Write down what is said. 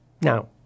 Now